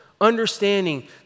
understanding